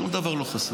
שום דבר לא חסוי.